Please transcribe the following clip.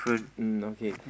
mm okay